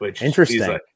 Interesting